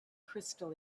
crystal